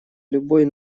любой